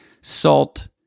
salt